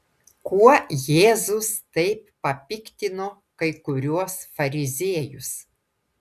kuo jėzus taip papiktino kai kuriuos fariziejus